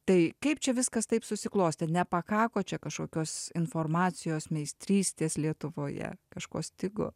tai kaip čia viskas taip susiklostė nepakako čia kažkokios informacijos meistrystės lietuvoje kažko stigo